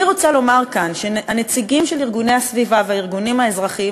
אני רוצה לומר כאן שהנציגים של ארגוני הסביבה והארגונים האזרחיים